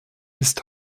ist